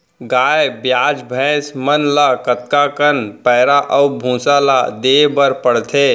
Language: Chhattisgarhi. गाय ब्याज भैसा मन ल कतका कन पैरा अऊ भूसा ल देये बर पढ़थे?